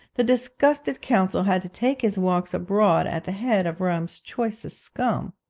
the disgusted consul had to take his walks abroad at the head of rome's choicest scum.